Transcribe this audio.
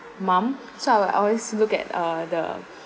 mum so I'll always look at uh the